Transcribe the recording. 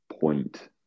point